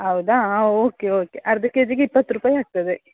ಹೌದಾ ಹಾಂ okay okay ಅರ್ಧ ಕೆ ಜಿಗೆ ಇಪ್ಪತ್ತು ರೂಪಾಯಿ ಆಗ್ತದೆ